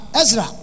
Ezra